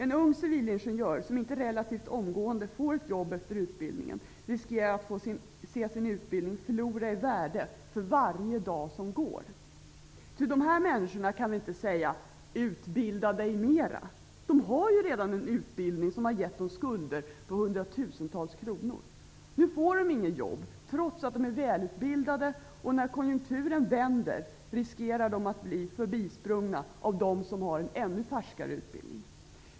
En ung civilingenjör som inte relativt omgående får jobb efter utbildningen riskerar att få se sin utbildning förlora i värde för varje dag som går. Till dessa människor kan vi inte säga: Utbilda dig mera! De har ju redan en utbildning som har givit dem skulder på hundratusentals kronor. Nu får de inget jobb, trots att de är välutbildade, och när konjunkturen vänder riskerar de att bli förbisprungna av dem som har en ännu färskare utbildning.